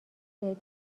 بهت